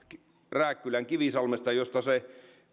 rääkkylän kivisalmesta